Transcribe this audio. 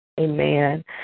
Amen